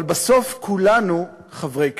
אבל בסוף כולנו חברי כנסת.